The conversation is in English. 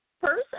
person